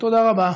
תודה רבה.